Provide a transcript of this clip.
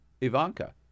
Ivanka